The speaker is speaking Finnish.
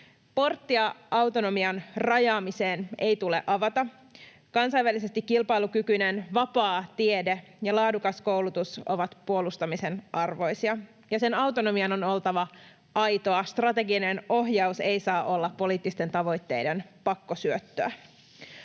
Porttia autonomian rajaamiseen ei tule avata. Kansainvälisesti kilpailukykyinen vapaa tiede ja laadukas koulutus ovat puolustamisen arvoisia, ja sen autonomian on oltava aitoa. Strateginen ohjaus ei saa olla poliittisten tavoitteiden pakkosyöttöä.